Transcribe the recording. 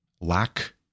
lack